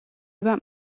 about